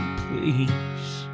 please